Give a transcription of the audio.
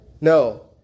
No